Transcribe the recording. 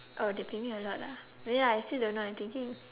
oh they pay me a lot ah wait ah I still don't know I'm thinking